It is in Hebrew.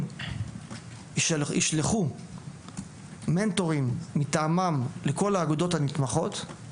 ישלחו מנטורים מטעמם לכל האגודות הנתמכות,